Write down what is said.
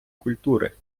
культури